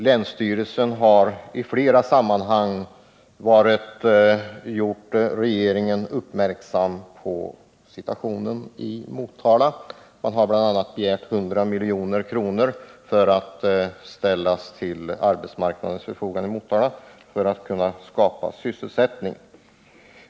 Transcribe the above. Länsstyrelsen har i flera sammanhang gjort regeringen uppmärksam på situationen i Motala. Man har bl.a. begärt att 100 milj.kr. skulle ställas till arbetsmarknadens förfogande i Motala för att kunna skapa sysselsättning.